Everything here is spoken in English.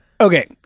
Okay